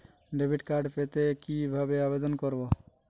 Debit card পেতে কি ভাবে আবেদন করব?